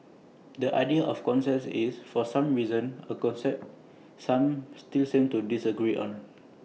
the idea of consent is for some reason A concept some still seem to disagree on